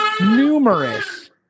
numerous